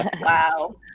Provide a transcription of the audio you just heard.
Wow